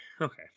Okay